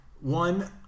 One